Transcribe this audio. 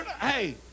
hey